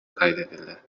kaydedildi